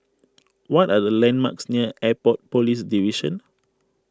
what are the landmarks near Airport Police Division